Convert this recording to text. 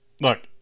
look